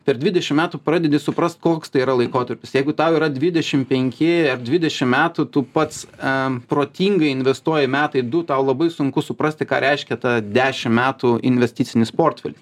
per dvidešim metų pradedi suprast koks tai yra laikotarpis jeigu tau yra dvidešim penki ar dvidešim metų tu pats protingai investuoji metai du tau labai sunku suprasti ką reiškia ta dešim metų investicinis portfelis